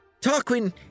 Tarquin